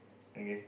okay